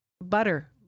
butter